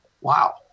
wow